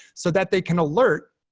so that they can alert